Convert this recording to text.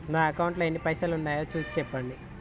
నా అకౌంట్లో ఎన్ని పైసలు ఉన్నాయి చూసి చెప్పండి?